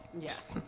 Yes